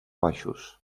baixos